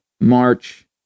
March